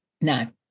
Now